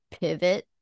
pivot